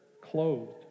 clothed